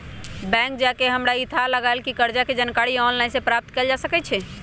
bank जा कऽ हमरा इ थाह लागल कि कर्जा के जानकारी ऑनलाइन सेहो प्राप्त कएल जा सकै छै